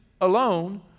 alone